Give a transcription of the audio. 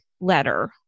letter